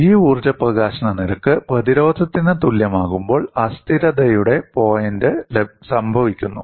ഈ ഊർജ്ജ പ്രകാശന നിരക്ക് പ്രതിരോധത്തിന് തുല്യമാകുമ്പോൾ അസ്ഥിരതയുടെ പോയിന്റ് സംഭവിക്കുന്നു